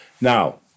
Now